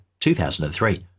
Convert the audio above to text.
2003